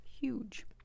huge